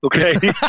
okay